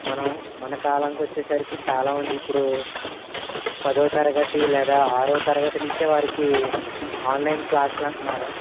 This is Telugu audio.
మనం మన కాలంకు వచ్చేసరికి చాలామంది ఇప్పుడు పదో తరగతి లేదా ఆరో తరగతి నుంచే వారికి ఆన్లైన్ క్లాస్లు అంటున్నారు